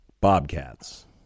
Bobcats